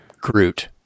Groot